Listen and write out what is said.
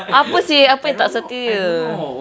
apa seh apa yang tak setia